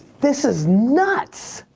this is nuts.